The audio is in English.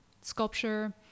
sculpture